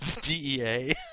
DEA